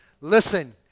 Listen